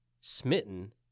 Smitten